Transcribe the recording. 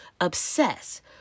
obsess